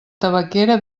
tabaquera